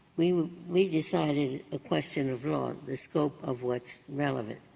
we we decided a question of law, the scope of what's relevant.